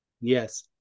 yes